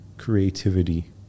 creativity